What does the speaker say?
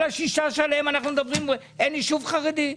כל השישה עליהם אנחנו מדברים, אין ישוב חרדי.